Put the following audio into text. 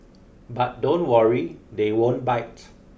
but don't worry they won't bite